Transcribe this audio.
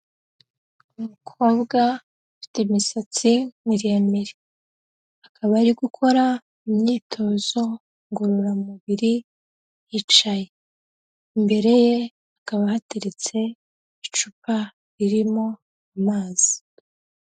Umukobwa ufite imisatsi miremire, akaba ari gukora imyitozo ngororamubiri yicaye, imbere ye hakaba hateretse icupa ririmo amazi.